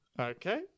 Okay